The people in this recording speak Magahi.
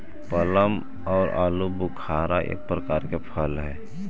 प्लम आउ आलूबुखारा एक प्रकार के फल हई